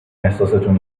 احساستون